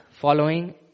following